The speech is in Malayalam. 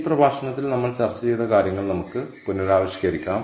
ഈ പ്രഭാഷണത്തിൽ നമ്മൾ ചർച്ച ചെയ്ത കാര്യങ്ങൾ നമുക്ക് പുനരാവിഷ്കരിക്കാം